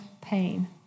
pain